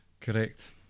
Correct